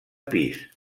pis